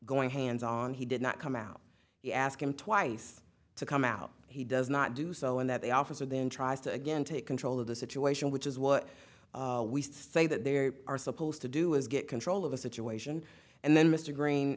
going hands on he did not come out you ask him twice to come out he does not do so and that the officer then tries to again take control of the situation which is what we say that there are supposed to do is get control of a situation and then mr gr